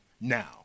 now